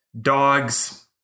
dogs